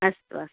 अस्तु अस्तु